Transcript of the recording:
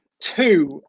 two